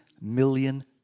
million